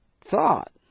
thought